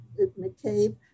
McCabe